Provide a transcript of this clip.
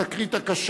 בסמיכות לתקרית הקשה